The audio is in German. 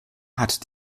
hat